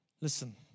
Listen